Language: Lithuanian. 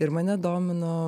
ir mane domino